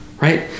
right